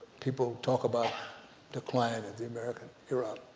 people talk about decline of the america era